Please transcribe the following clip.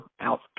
out